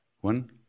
One